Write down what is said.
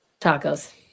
Tacos